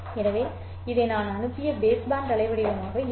எனவே இது நான் அனுப்பிய பேஸ்பேண்ட் அலைவடிவமாக இருக்கும்